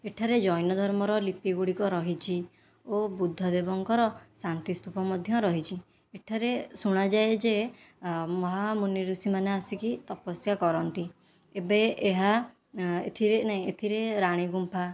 ଏଠାରେ ଜୈନ ଧର୍ମର ଲିପି ଗୁଡ଼ିକ ରହିଛି ଓ ବୁଦ୍ଧଦେବଙ୍କର ଶାନ୍ତି ସ୍ତୁପ ମଧ୍ୟ ରହିଛି ଏଠାରେ ଶୁଣାଯାଏ ଯେ ମହା ମୁନି ଋଷିମାନେ ଆସିକି ତପସ୍ୟା କରନ୍ତି ଏବେ ଏହା ଏଥିରେ ନାହିଁ ଏଥିରେ ରାଣୀ ଗୁମ୍ଫା